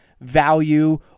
value